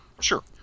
Sure